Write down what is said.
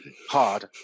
hard